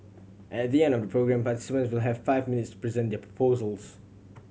at the end of the programme participants will have five minutes present their proposals